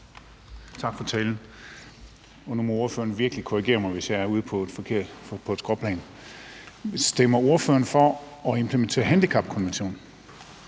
Tak for talen. Nu må ordføreren virkelig korrigere mig, hvis jeg er ude på et skråplan. Stemmer ordføreren for at implementere handicapkonventionen?